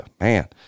man